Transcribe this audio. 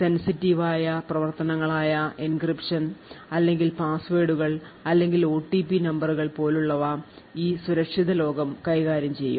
sensitive ആയ പ്രവർത്തനങ്ങളായ encryption അല്ലെങ്കിൽ പാസ്വേഡുകൾ അല്ലെങ്കിൽ ഒടിപി നമ്പറുകൾ പോലുള്ളപോലുള്ളവ സുരക്ഷിത ലോകം കൈകാര്യം ചെയ്യും